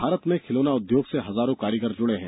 भारत में खिलौना उद्योग से हजारों कारीगर जुडे हैं